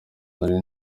nari